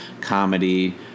comedy